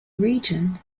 region